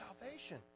salvation